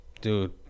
dude